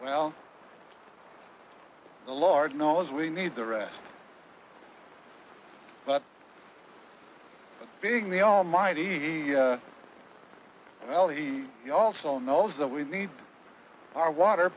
well the lord knows we need the rest but being the almighty well he also knows that we need our water